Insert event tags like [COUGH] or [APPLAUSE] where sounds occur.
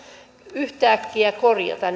yhtäkkiä korjata [UNINTELLIGIBLE]